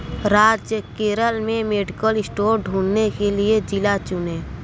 राज्य केरल में medical store ढूँढने के लिए जिला चुनें